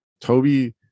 Toby